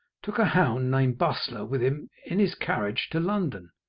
took a hound named bustler with him in his carriage to london.